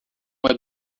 uma